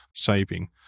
saving